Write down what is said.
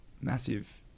massive